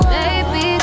baby